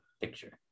picture